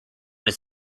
his